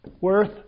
Worth